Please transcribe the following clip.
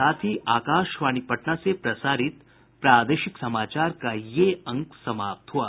इसके साथ ही आकाशवाणी पटना से प्रसारित प्रादेशिक समाचार का ये अंक समाप्त हुआ